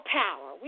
power